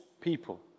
people